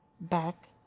back